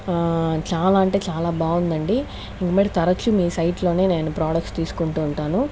చాలా అంటే చాలా బాగుందండి ఇంకమీదట తరచూ మీ సైట్ లోనే నేను ప్రొడక్ట్స్ తీసుకుంటూ ఉంటాను